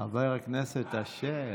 חבר הכנסת אשר.